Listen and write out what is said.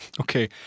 Okay